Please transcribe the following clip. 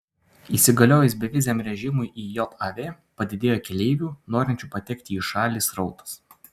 įsigaliojus beviziam režimui į jav padidėjo keleivių norinčių patekti į šalį srautas